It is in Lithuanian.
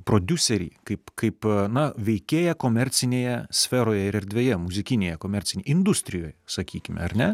prodiuserį kaip kaip na veikėją komercinėje sferoje ir erdvėje muzikinėje komercinėj industrijoje sakykime ar ne